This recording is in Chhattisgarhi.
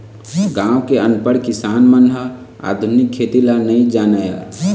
गाँव के अनपढ़ किसान मन ह आधुनिक खेती ल नइ जानय